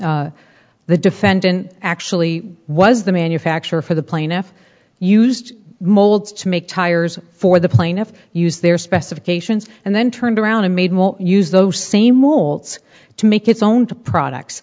sit the defendant actually was the manufacturer for the plaintiff used molds to make tires for the plaintiff used their specifications and then turned around and made more use those same olds to make its own to products